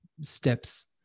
steps